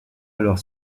alors